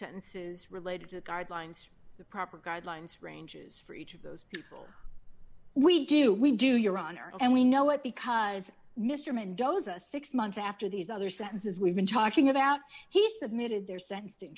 sentences related to the guard lines the proper guidelines ranges for each of those people we do we do your honor and we know what because mr mendoza six months after these other sentences we've been talking about he submitted their sen